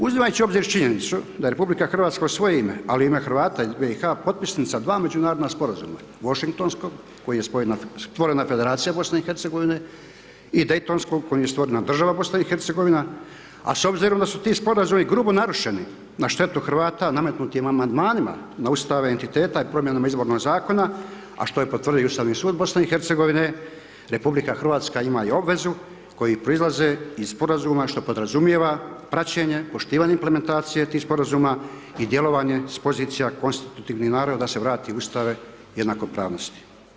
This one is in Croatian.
Uzimajući u obzir činjenicu da je RH u svoje ime, ali u ime Hrvata iz BIH, potpisnica 2 međunarodna sporazuma Washingtonskog, koji je stvorena federacije BIH i Dejtonskog kojim je stvorena država BIH, a s obzirom da su ti sporazumi grubo narušeni na štetu Hrvata nametnutim amandmanima, na Ustav i entiteta i promjenama izbornog zakona, a što je potvrdio Ustavni sud BIH, RH ima i obvezu koji proizlaze iz sporazuma što podrazumijeva praćenje, poštivanje implementacija tih sporazuma i djelovanje s pozicije konstitutivnih naroda, da se vrati u Ustave jednakopravnosti.